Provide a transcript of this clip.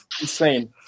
Insane